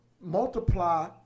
multiply